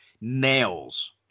nails